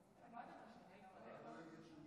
מכובדי היושב-ראש,